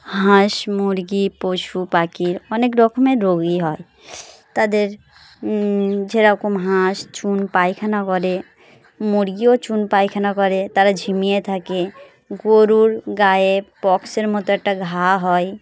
হাঁস মুরগি পশু পাখির অনেক রকমের রোগই হয় তাদের যেরকম হাঁস চুন পায়খানা করে মুরগিও চুন পায়খানা করে তারা ঝিমিয়ে থাকে গরুর গায়ে পক্সের মতো একটা ঘা হয়